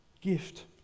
Gift